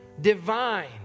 divine